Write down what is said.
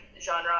genre